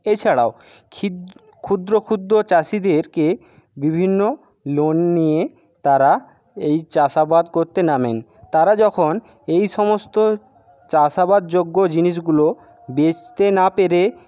এছাড়াও ক্ষুদ্র ক্ষুদ্র চাষিদেরকে বিভিন্ন লোন নিয়ে তারা এই চাষাবাদ করতে নামেন তারা যখন এই সমস্ত চাষাবাদযোগ্য জিনিসগুলো বেচতে না পেরে